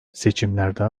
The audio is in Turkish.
seçimlerde